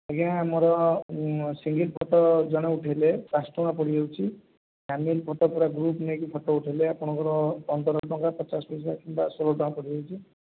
ଆଜ୍ଞା ଆମର single photo ଜଣେ ଉଠାଇଲେ ପାଞ୍ଚ ଟଙ୍କା ପଡ଼ିଯାଉଛି ଫ୍ୟାମିଲି ଫଟୋ ପୁରା ଗ୍ରୁପ୍ ନେଇକି ଫଟୋ ଉଠାଇଲେ ଆପଣଙ୍କର ପନ୍ଦର ଟଙ୍କା ପଚାଶ ପଇସା କିମ୍ବା ଷୋହଳ ଟଙ୍କା ପଡ଼ିଯାଉଛି